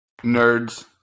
nerds